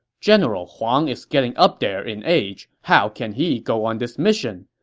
general huang is getting up there in age how can he go on this mission?